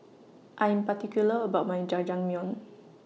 I Am particular about My Jajangmyeon